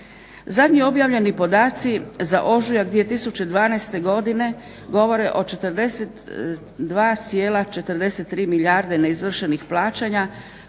Zadnji objavljeni podaci za ožujak 2012. godine govore o 42,43 milijarde neizvršenih plaćanja